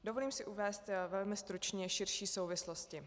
Dovolím si uvést velmi stručně širší souvislosti.